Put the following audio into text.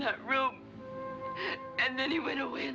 not really and then he went away